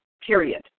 period